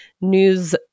news